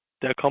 Der